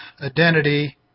identity